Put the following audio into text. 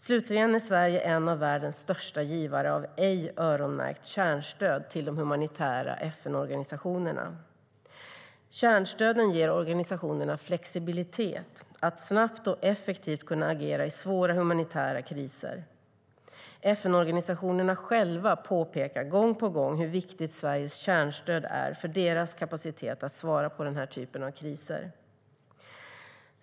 Slutligen är Sverige en av världens största givare av ej öronmärkt kärnstöd till de humanitära FN-organisationerna. Kärnstöden ger organisationerna flexibilitet att snabbt och effektivt kunna agera i svåra humanitära kriser. FN-organisationerna själva påpekar gång på gång hur viktigt Sveriges kärnstöd är för deras kapacitet att svara på den här typen av kriser.